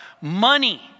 Money